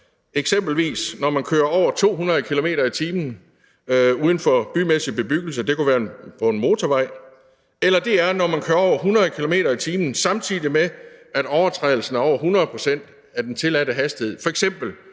eksempelvis når man kører over 200 km/t. uden for bymæssig bebyggelse – det kunne være på en motorvej – eller det er, når man kører over 100 km/t., samtidig med at overtrædelsen er 100 pct. af den tilladte hastighed,